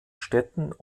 städten